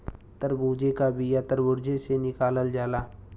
तरबूजे का बिआ तर्बूजे से निकालल जाला